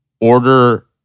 order